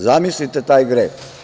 Zamisliste taj greh.